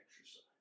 exercise